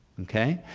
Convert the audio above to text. okay.